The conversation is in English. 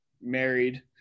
married